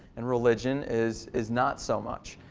and religion is is not so much.